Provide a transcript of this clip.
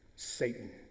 Satan